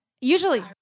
Usually